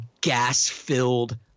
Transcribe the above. gas-filled